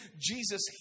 Jesus